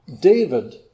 David